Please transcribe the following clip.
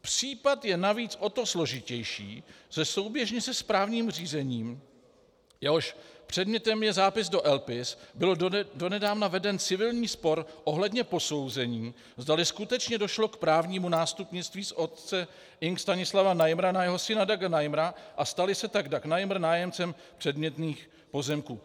Případ je navíc o to složitější, že souběžně se správním řízením, jehož předmětem je zápis do LPIS, byl donedávna veden civilní spor ohledně posouzení, zdali skutečně došlo k právnímu nástupnictví z otce Ing. Stanislava Najmra na jeho syna Daga Najmra a stal se tak Dag Najmr nájemcem předmětných pozemků.